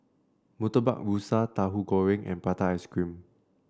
Murtabak Rusa Tahu Goreng and Prata Ice Cream